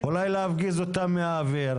אולי להפגיז אותם מהאוויר?